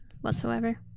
whatsoever